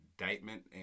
indictment